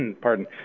Pardon